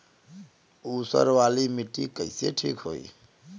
ऊसर वाली मिट्टी कईसे ठीक होई?